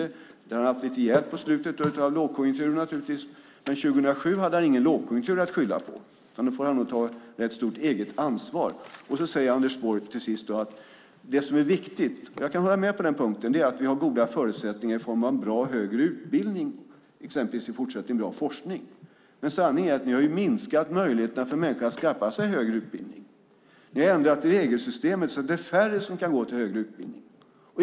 På slutet har han naturligtvis fått lite hjälp av lågkonjunkturen, men 2007 hade han ingen lågkonjunktur att skylla på. Där får han nog ta ett stort eget ansvar. Anders Borg säger till sist att det som är viktigt, och jag kan hålla med på den punkten, det är att vi har goda förutsättningar i form av en bra högre utbildning, exempelvis en bra forskning. Men sanningen är att ni har minskat möjligheterna för människor att skaffa sig högre utbildning. Ni har ändrat i regelsystemet så att det är färre som kan gå till högre utbildning.